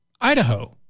Idaho